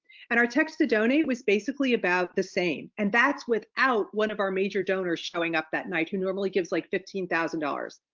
and our text to donate was basically about the same and that's without one of our major donors showing up that night who normally gives like fifteen thousand dollars.